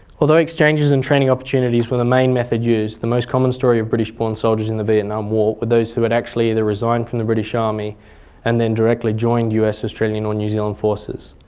although exchanges and training opportunities were the main method used, the most common story of british-born soldiers in the vietnam war were those who had actually resigned from the british army and then directly joined us, australian or new zealand forces.